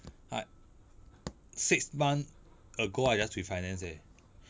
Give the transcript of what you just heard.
I six month ago I just refinance eh